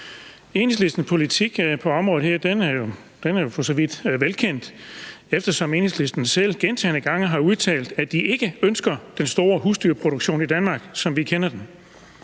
Enhedslistens politik på det her område er for så vidt velkendt, eftersom Enhedslisten selv gentagne gange har udtalt, at de ikke ønsker den store husdyrproduktion i Danmark, som vi kender den.